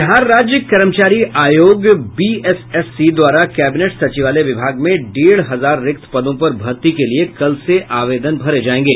बिहार कर्मचारी चयन आयोग बीएसएससी द्वारा कैबिनेट सचिवालय विभाग में डेढ़ हजार रिक्त पदों पर भर्ती के लिये कल से आवेदन भरे जायेंगे